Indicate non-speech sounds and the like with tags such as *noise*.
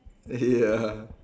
*laughs* ya